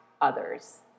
others